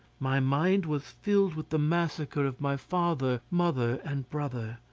my mind was filled with the massacre of my father, mother, and brother,